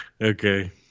Okay